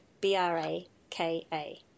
B-R-A-K-A